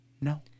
no